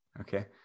okay